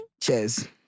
Cheers